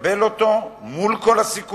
לקבל אותו, מול כל הסיכונים,